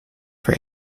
for